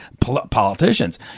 politicians